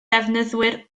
defnyddwyr